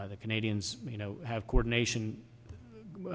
with the canadians you know have coordination